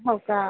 हो का